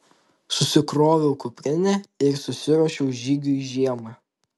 susikroviau kuprinę ir susiruošiau žygiui žiemą